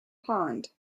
pond